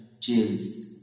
chills